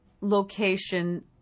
location